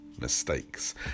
mistakes